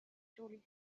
surely